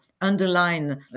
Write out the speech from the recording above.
underline